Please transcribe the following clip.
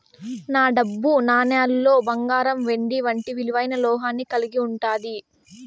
ఈ డబ్బు నాణేలులో బంగారం వెండి వంటి విలువైన లోహాన్ని కలిగి ఉంటాది